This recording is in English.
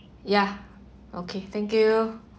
ya okay thank you